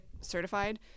certified